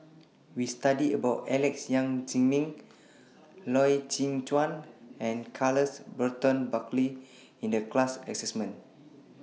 We studied about Alex Yam Ziming Loy Chye Chuan and Charles Burton Buckley in The class assignment